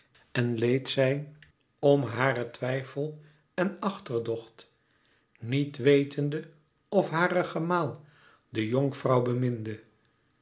en leed zij om haren twijfel en achterdocht niet wetende of hare gemaal de jonkvrouw